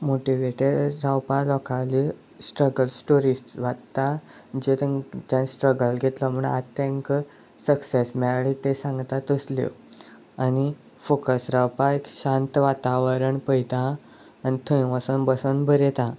motivated रावपा लोकांली struggle stories वाचता जे तें जे स्ट्रगल घेतलो म्हण आतां तांकां सक्सेस मेळळे ते सांगता तसल्यो आनी फोकस रावपाक एक शांत वातावरण पयता आनी थंय वसोन बसोन बरयता